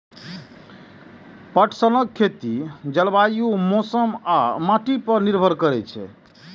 पटसनक खेती जलवायु, मौसम आ माटि पर निर्भर करै छै